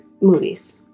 movies